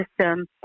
system